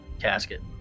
casket